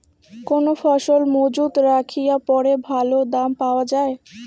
কোন ফসল মুজুত রাখিয়া পরে ভালো দাম পাওয়া যায়?